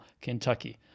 Kentucky